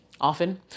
Often